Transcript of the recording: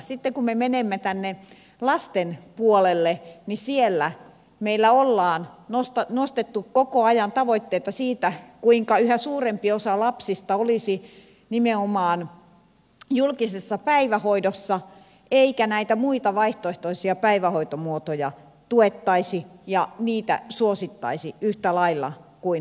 sitten kun me menemme lasten puolelle niin siellä meillä on nostettu koko ajan tavoitteita siitä kuinka yhä suurempi osa lapsista olisi nimenomaan julkisessa päivähoidossa eikä näitä muita vaihtoehtoisia päivähoitomuotoja tuettaisi ja niitä suosittaisi yhtä lailla kuin aiemmin